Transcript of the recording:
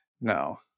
No